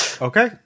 Okay